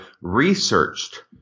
researched